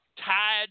tied